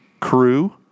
crew